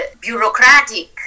bureaucratic